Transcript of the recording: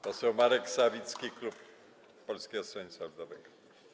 Poseł Marek Sawicki, klub Polskiego Stronnictwa Ludowego.